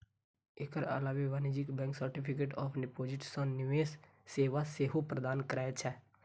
एकर अलावे वाणिज्यिक bank certificate of deposit सन निवेश सेवा सेहो प्रदान करै छै